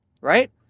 right